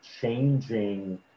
changing